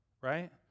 right